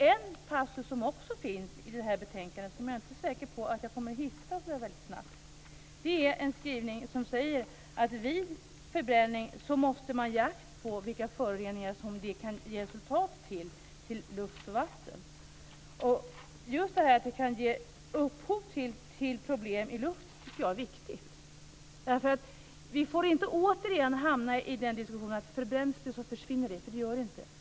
En passus som också finns i det här betänkandet är en skrivning om att man vid förbränning måste ge akt på vilka föroreningar i luft och vatten som det kan resultera i. Just att det kan ge upphov till problem i luften tycker jag är viktigt. Vi får inte återigen hamna i diskussionen att förbränns det, så försvinner det. Det gör det inte.